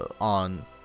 on